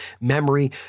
memory